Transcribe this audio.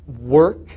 work